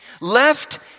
left